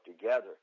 together